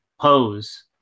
pose